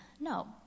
no